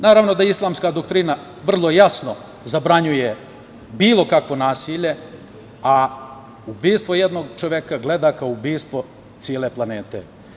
Naravno da islamska doktrina vrlo jasno zabranjuje bilo kakvo nasilje, a ubistvo jednog čoveka gleda kao ubistvo cele planete.